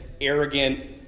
arrogant